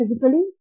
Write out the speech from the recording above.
physically